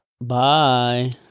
Bye